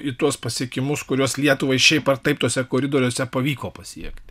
į tuos pasiekimus kuriuos lietuvai šiaip ar taip tuose koridoriuose pavyko pasiekti